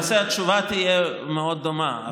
למעשה התשובה תהיה מאוד דומה.